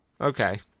Okay